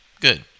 good